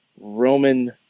Roman